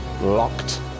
locked